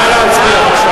נא להצביע.